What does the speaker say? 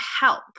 help